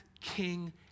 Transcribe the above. king